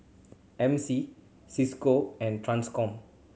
M C Cisco and Transcom